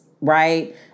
right